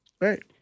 Right